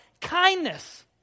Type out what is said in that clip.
Kindness